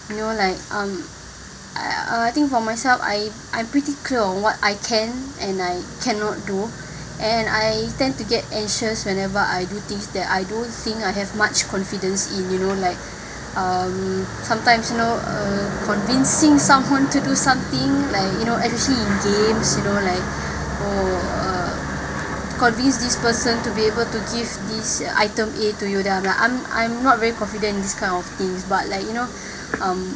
you know like um uh I think for myself I'm I'm pretty clear on what I can and I cannot do and I tend to get anxious whenever I do things that I don't think I have much confidence in you know like um sometimes you know uh convincing someone to do something like especially in games you know like oh uh convince this person to be able to give this item A to you that I'm not very confident in these kind of things but like you know um